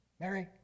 Mary